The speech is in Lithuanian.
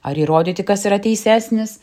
ar įrodyti kas yra teisesnis